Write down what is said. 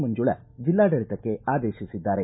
ಮಂಜುಳಾ ಜಿಲ್ಲಾಡಳಿತಕ್ಕೆ ಆದೇಶಿಸಿದ್ದಾರೆ